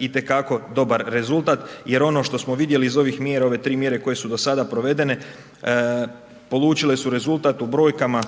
itekako dobar rezultat jer ono što smo vidjeli iz ovih mjera, ove tri mjere koje su do sada provedene, polučile su rezultat u brojkama.